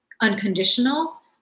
unconditional